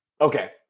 Okay